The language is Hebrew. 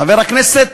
חבר הכנסת